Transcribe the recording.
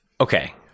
Okay